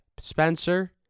Spencer